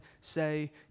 say